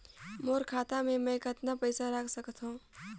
मोर खाता मे मै कतना पइसा रख सख्तो?